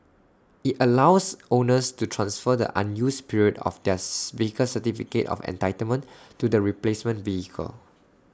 IT allows owners to transfer the unused period of theirs vehicle's certificate of entitlement to the replacement vehicle